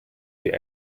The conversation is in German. die